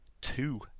two